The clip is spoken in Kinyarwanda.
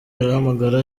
arahamagara